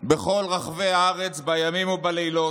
בכל רחבי הארץ בימים ובלילות,